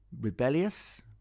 Rebellious